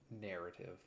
narrative